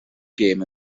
gêm